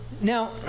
Now